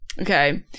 Okay